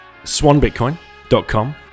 SwanBitcoin.com